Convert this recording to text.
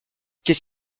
qu’est